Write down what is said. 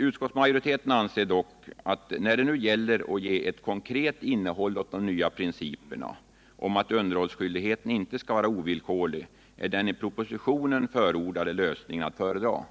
Utskottet anser dock att när det nu gäller att ge ett konkret innehåll åt de nya principerna om att underhållsskyldigheten inte skall vara ovillkorlig är den i propositionen förordade lösningen att föredra.